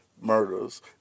murders